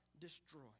destroy